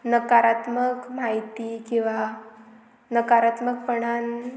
नकारात्मक म्हायती किंवां नकारात्मकपणान